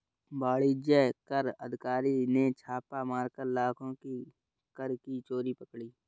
वाणिज्य कर अधिकारी ने छापा मारकर लाखों की कर की चोरी पकड़ी